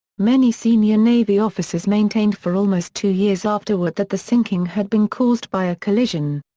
many senior navy officers maintained for almost two years afterward that the sinking had been caused by a collision.